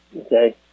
okay